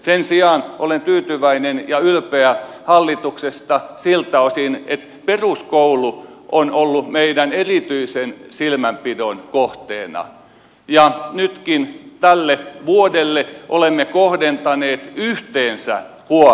sen sijaan olen tyytyväinen ja ylpeä hallituksesta siltä osin että peruskoulu on ollut meidän erityisen silmänpidon kohteena ja nytkin tälle vuodelle olemme kohdentaneet yhteensä huom